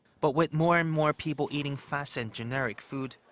but with more and more people eating fast and generic food,